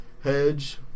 hedge